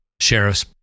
sheriff's